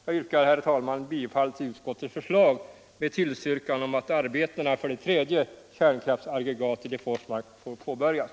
Jag yrkar bifall till utskottets förslag med tillstyrkan av att arbetena för det tredje kärnkraftsaggregatet i Forsmark får påbörjas.